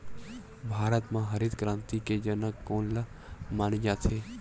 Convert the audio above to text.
भारत मा हरित क्रांति के जनक कोन ला माने जाथे?